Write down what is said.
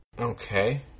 Okay